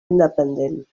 independent